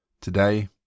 Today